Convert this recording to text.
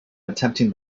attempting